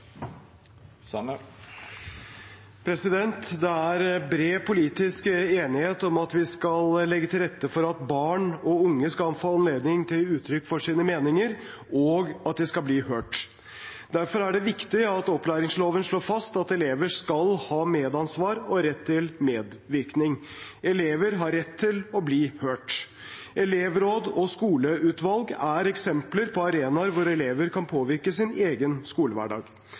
at barn og unge skal få anledning til å gi uttrykk for sine meninger, og at de skal bli hørt. Derfor er det viktig at opplæringsloven slår fast at elever «skal ha medansvar og rett til medverknad». Elever har rett til å bli hørt. Elevråd og skoleutvalg er eksempler på arenaer hvor elever kan påvirke sin egen skolehverdag.